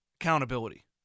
accountability